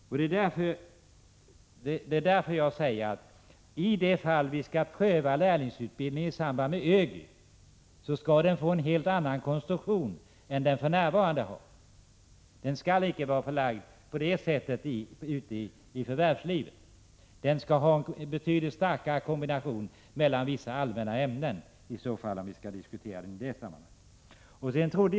Om vi skall pröva lärlingsutbildning i samband med ÖGY:s förslag skall den ha en helt annan konstruktion än den för närvarande har — den skall inte vara förlagd till förvärvslivet, och den skall ha en betydligt starkare kombination mellan vissa allmänna ämnen, om vi skall diskutera den i det sammanhanget.